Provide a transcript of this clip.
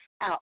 out